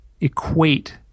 equate